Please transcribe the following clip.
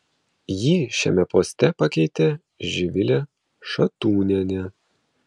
jį šiame poste pakeitė živilė šatūnienė